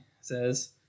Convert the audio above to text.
says